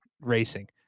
racing